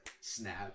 snap